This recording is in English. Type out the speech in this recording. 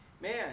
man